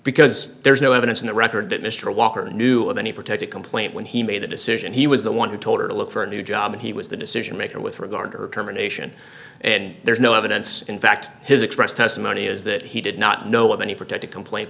because there is no evidence in the record that mr walker knew of any protected complaint when he made the decision he was the one who told her to look for a new job he was the decision maker with regard to her terminations and there's no evidence in fact his expressed testimony is that he did not know of any protective complaint